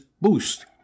Boost